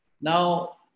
Now